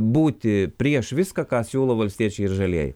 būti prieš viską ką siūlo valstiečiai ir žalieji